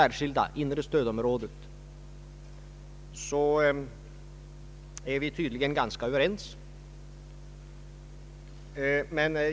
regionalpolitiken området är vi tydligen ganska överens.